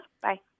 Bye